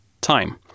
time